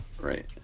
Right